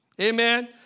Amen